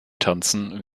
tanzen